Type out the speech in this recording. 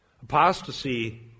Apostasy